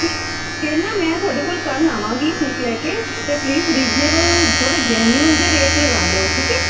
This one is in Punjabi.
ਫੇਰ ਨਾ ਮੈਂ ਤੁਹਾਡੇ ਕੋਲ ਕੱਲ੍ਹ ਆਵਾਂਗੀ ਸੂਟ ਲੈ ਕੇ ਅਤੇ ਪਲੀਜ਼ ਰੀਜਨੇਬਲ ਥੋੜ੍ਹੇ ਜੈਨੂਅਨ ਜਿਹਾ ਰੇਟ ਲਗਾ ਲਿਓ ਠੀਕ ਹੈ